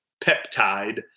peptide